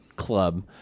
Club